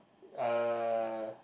uh